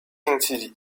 竞技